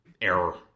error